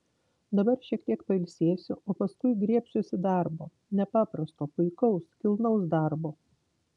dabar šiek tiek pailsėsiu o paskui griebsiuosi darbo nepaprasto puikaus kilnaus darbo